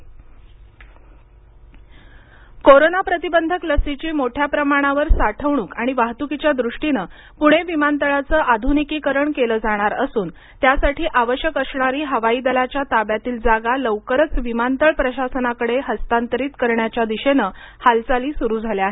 पणे विमानतळ आधनिकीकरण कोरोना प्रतिबंधक लसीची मोठ्या प्रमाणावर साठवणूक आणि वाहतुकीच्या दृष्टीनं पुणे विमानतळाचं आधुनिकीकरण केलं जाणार असून त्यासाठी आवश्यक असणारी हवाई दलाच्या ताब्यातील जागा लवकरच विमानतळ प्रशासनाकडे हस्तांतरित करण्याच्या दिशेनं हालचाली सुरु झाल्या आहेत